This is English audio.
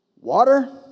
Water